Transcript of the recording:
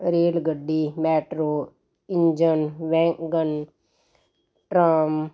rail ਗੱਡੀ metro engine wagon tram